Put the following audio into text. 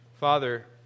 Father